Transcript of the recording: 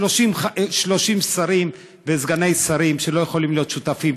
30 שרים וסגני שרים שלא יכולים להיות שותפים,